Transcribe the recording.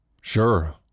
Sure